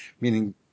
Meaning